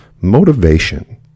Motivation